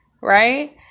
right